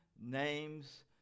name's